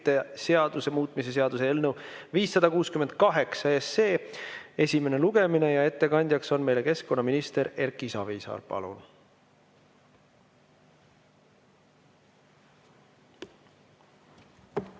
seaduse muutmise seaduse eelnõu 568 esimene lugemine. Ettekandja on keskkonnaminister Erki Savisaar. Palun!